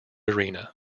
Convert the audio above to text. arena